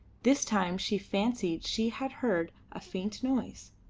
this time she fancied she had heard a faint noise,